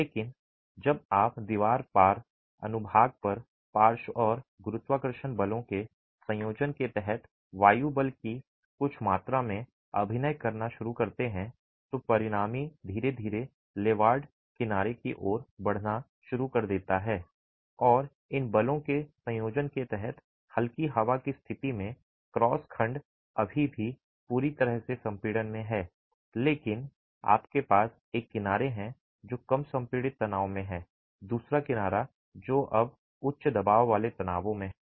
लेकिन जब आप दीवार पार अनुभाग पर पार्श्व और गुरुत्वाकर्षण बलों के संयोजन के तहत वायु बल की कुछ मात्रा में अभिनय करना शुरू करते हैं तो परिणामी धीरे धीरे लेवार्ड किनारे की ओर बढ़ना शुरू कर देता है और इन बलों के संयोजन के तहत हल्की हवा की स्थिति में क्रॉस खंड अभी भी पूरी तरह से संपीड़न में है लेकिन आपके पास एक किनारे है जो कम संपीड़ित तनाव में है दूसरा किनारा जो अब उच्च दबाव वाले तनावों में है